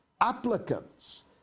applicants